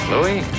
Louis